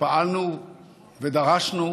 שפעלנו ודרשנו